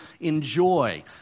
enjoy